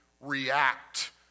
react